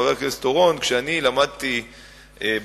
חבר הכנסת אורון: כשאני למדתי בתיכון,